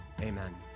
Amen